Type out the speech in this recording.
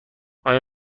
آیا